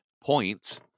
points